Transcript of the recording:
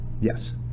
Yes